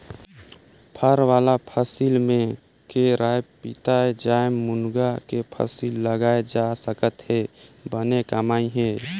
फर वाला फसल में केराएपपीताएजामएमूनगा के फसल लगाल जा सकत हे बने कमई हे